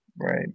Right